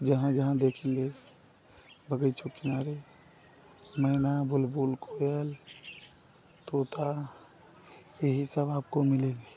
जहाँ जहाँ देखिए बग़ीचों के किनारे मैना बुलबुल कोयल तोता यही सब आपको मिलेंगे